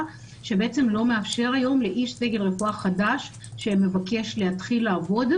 שלא מאפשר היום לאיש סגל רפואה חדש שמבקש להתחיל לעבוד,